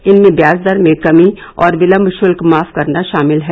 इनमें ब्याजदर में कमी और विलम्ब शुल्क माफ करना शामिल है